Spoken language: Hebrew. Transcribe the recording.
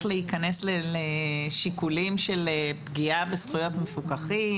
להיכנס לשיקולים של פגיעה בזכויות מפוקחים,